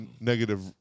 negative